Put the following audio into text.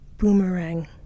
Boomerang